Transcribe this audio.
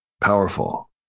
powerful